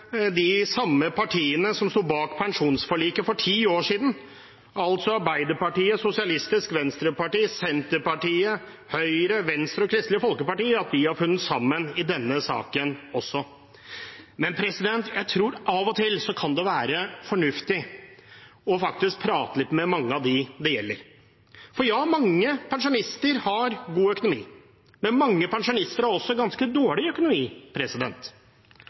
de samme partiene som sto bak pensjonsforliket for ti år siden, altså Arbeiderpartiet, SV, Senterpartiet, Høyre, Venstre og Kristelig Folkeparti, har funnet sammen i denne saken også. Jeg tror at det av og til kan være fornuftig faktisk å prate litt med dem det gjelder. For ja, mange pensjonister har god økonomi. Men mange pensjonister har også ganske dårlig økonomi.